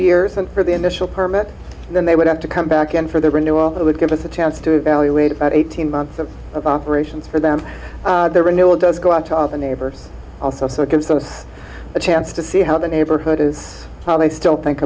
years and for the initial permit and then they would have to come back in for the renewal that would give us a chance to evaluate at eighteen months of operations for them there renewal does go out to the neighbors also so it gives them a chance to see how the neighborhood is how they still think